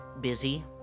busy